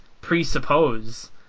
presuppose